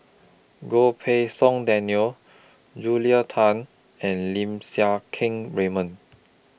Goh Pei Siong Daniel Julia Tan and Lim Siang Keat Raymond